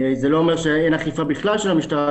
זה לא אומר שאין אכיפה בכלל של המשטרה,